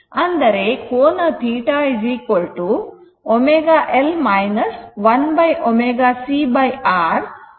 ಅಂದರೆ ಕೋನ θ ω L 1 ω c R ಧನಾತ್ಮಕವಾಗಿರುತ್ತದೆ